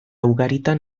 ugaritan